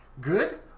good